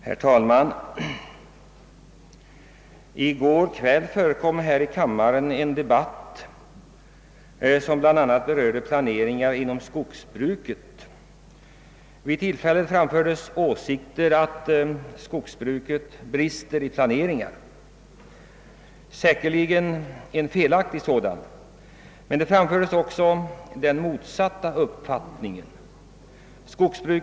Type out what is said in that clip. Herr talman! I går kväll förekom här i kammaren en debatt som bl.a. berörde planeringar inom skogsbruket. Vid detta tillfälle framfördes åsikten — som säkerligen är felaktig — att skogsbruket brister i planeringen. Men också den motsatta uppfattningen framfördes.